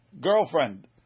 girlfriend